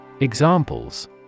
Examples